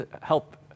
Help